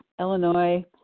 illinois